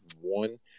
one